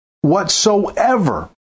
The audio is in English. whatsoever